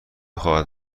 خواهد